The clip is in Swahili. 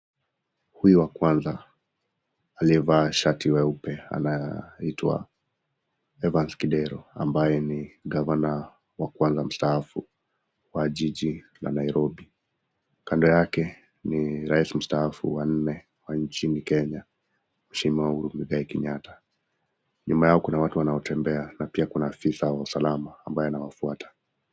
Huyu wa kwanza, aliyevaa shati leupe anaitwa Evans kidero ambaye ni [governor] wa kwanza mstaafu wa jiiji la Nairobi. Kando yake ni Rais mstaafu wa nne wa nchini Kenya, mheshimiwa Uhuru Muigai Kenyatta. Nyuma yao kuna watu wanaotembea na pia kuna afisa wa usalama ambaye anawafuata